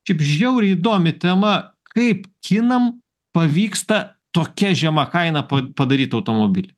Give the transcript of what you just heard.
šaip žiauriai įdomi tema kaip kinam pavyksta tokia žema kaina po padaryt automobilį